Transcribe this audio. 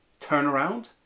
turnaround